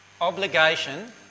Obligation